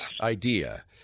idea